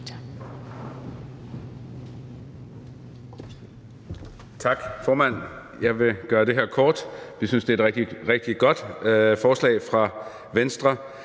Tak, formand. Jeg vil gøre det her kort. Vi synes, det er et rigtig, rigtig godt forslag fra Venstre.